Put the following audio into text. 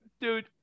Dude